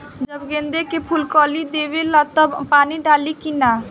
जब गेंदे के फुल कली देवेला तब पानी डालाई कि न?